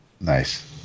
nice